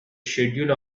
schedule